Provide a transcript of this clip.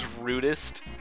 rudest